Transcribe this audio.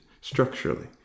structurally